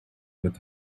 with